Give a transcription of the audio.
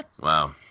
wow